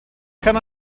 can